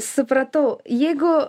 supratau jeigu